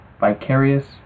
vicarious